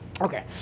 Okay